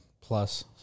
plus